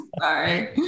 sorry